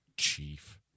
Chief